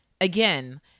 again